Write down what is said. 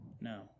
No